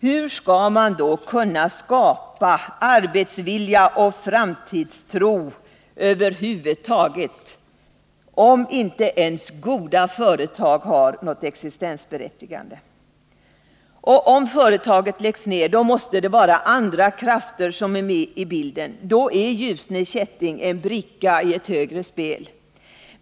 Hur skall man kunna skapa arbetsvilja och framtidstro, om inte ens goda företag har något existensberättigande? Och om företaget läggs ner måste det vara andra krafter som är med i bilden — då är Ljusne Kätting en bricka i ett högre spel.